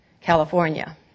California